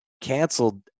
canceled